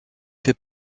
fait